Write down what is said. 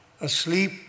asleep